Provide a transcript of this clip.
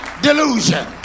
delusion